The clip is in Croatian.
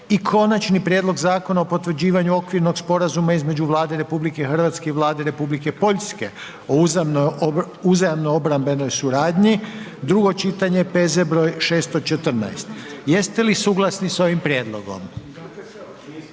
- Konačni prijedlog Zakona o potvrđivanju Okvirnog sporazuma između Vlade Republike Hrvatske i Vlade Republike Poljske o uzajamnoj obrambenoj suradnji, drugo čitanje, P.Z. br. 614 Jeste li suglasni s ovim prijedlogom?